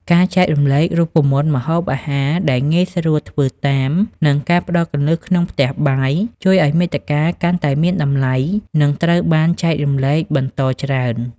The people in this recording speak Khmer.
ការចែករំលែករូបមន្តម្ហូបអាហារដែលងាយស្រួលធ្វើតាម និងការផ្ដល់គន្លឹះក្នុងផ្ទះបាយ ជួយឱ្យមាតិកាកាន់តែមានតម្លៃ និងត្រូវបានគេចែករំលែកបន្តច្រើន។